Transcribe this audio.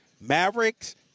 Mavericks